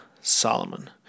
Solomon